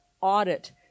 audit